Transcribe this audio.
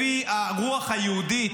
האם לפי הרוח היהודית,